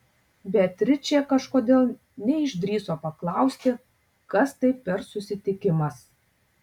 beatričė kažkodėl neišdrįso paklausti kas tai per susitikimas